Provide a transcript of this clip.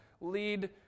lead